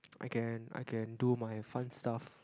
I can I can do my fun stuff